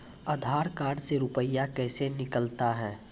आधार कार्ड से रुपये कैसे निकलता हैं?